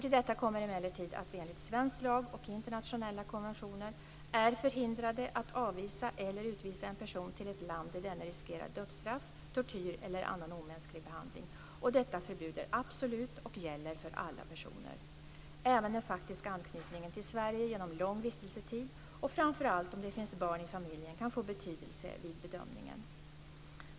Till detta kommer emellertid att vi enligt svensk lag och internationella konventioner är förhindrade att avvisa eller utvisa en person till ett land där denne riskerar dödsstraff, tortyr eller annan omänsklig behandling. Detta förbud är absolut och gäller för alla personer. Även den faktiska anknytningen till Sverige genom lång vistelsetid, och framför allt om det finns barn i familjen, kan få betydelse vid bedömningen.